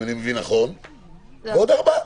ועוד ארבעה.